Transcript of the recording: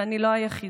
ואני לא היחידה.